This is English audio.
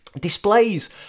Displays